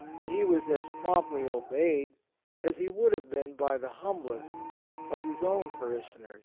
that he was as promptly obeyed as he would have been by the humblest of his own parishioners